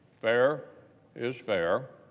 fair is fair.